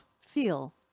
feel